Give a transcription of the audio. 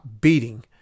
beating